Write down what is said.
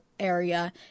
area